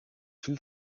viel